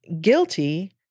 guilty